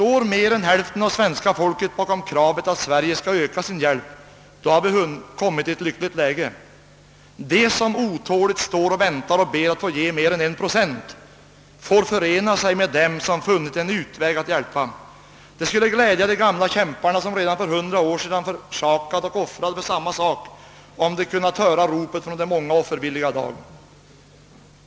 Om mer än hälften av svenska folket står bakom kravet att Sverige skall öka sin hjälp har vi kommit i ett lyckligt läge. De som står och väntar och ber att få ge mer än en procent får förena sig med dem som funnit en utväg att hjälpa. Det skulle glädja de gamla kämparna som redan för hundra år sedan försakade och offrade för samma sak, om de hade kunnat höra ropet från de många offervilliga i dag.